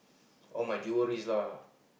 all my jewelleries lah